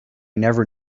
never